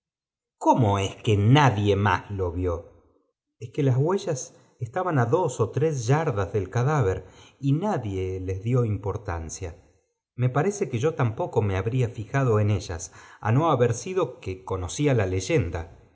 cómo es que nadie más lo vió las huellas estaban á dos ó tres yardas del í cadáver y nadie lea dió importancia me parece que yo tampoco me habría fijado en ellas á no saber sido que conocía la leyenda